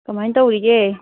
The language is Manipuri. ꯀꯃꯥꯏꯅ ꯇꯧꯔꯤꯒꯦ